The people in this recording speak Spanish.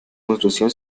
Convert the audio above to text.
construcción